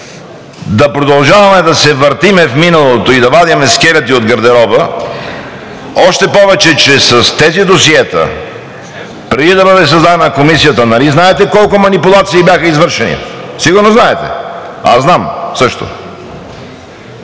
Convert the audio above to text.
да продължаваме да се въртим в миналото и да вадим скелети от гардероба. Още повече, че с тези досиета, преди да бъде създадена Комисията, нали знаете колко манипулации бяха извършени? Сигурно знаете и аз знам също.